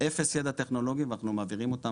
אפס ידע טכנולוגי ואנחנו מעבירים אותם